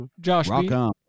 Josh